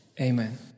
Amen